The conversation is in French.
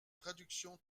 traductions